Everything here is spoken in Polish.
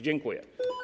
Dziękuję.